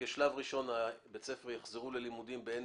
כשלב ראשון תלמידי בית הספר יחזרו ללימודים במעין